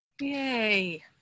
Yay